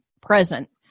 present